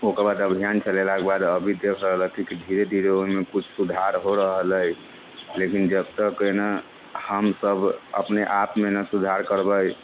ओकर बाद अभियान चलेलाके बाद अभी देख रहल हथि कि धीरे धीरे ओहिमे किछु सुधार हो रहल है लेकिन जब तक न हम सभ अपने आपमे न सुधार करबै